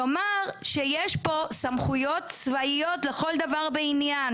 כלומר שיש פה סמכויות צבאיות לכל דבר ועניין